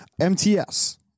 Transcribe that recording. MTS